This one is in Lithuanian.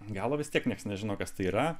galo vis tiek niekas nežino kas tai yra